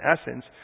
essence